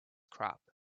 crop